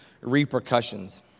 repercussions